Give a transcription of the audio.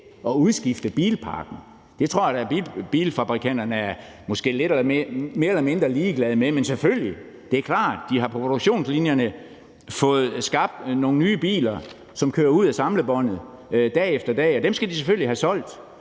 at udskifte bilparken. Det tror jeg da at bilfabrikanterne er mere eller mindre ligeglade med. Men selvfølgelig er det klart, at de på produktionslinjerne har fået skabt nogle nye biler, som kører ud ad samlebåndet dag efter dag, og dem skal de selvfølgelig have solgt,